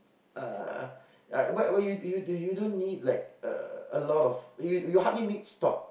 uh like why why you you you don't need like a a lot of you you hardly need stock